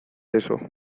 eso